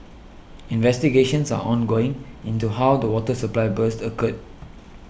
investigations are ongoing into how the water supply burst occurred